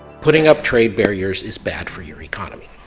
putting up trade barriers is bad for your economy.